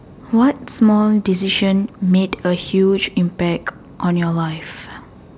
what small decision made a huge impact on your life